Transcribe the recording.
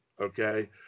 okay